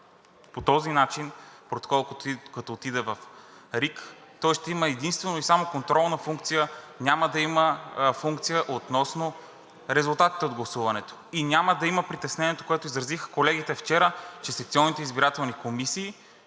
По този начин протоколът, като отиде в РИК, той ще има единствено и само контролна функция, а няма да има функция относно резултатите от гласуването и няма да има притеснението, което изразиха колегите вчера, че секционните избирателни комисии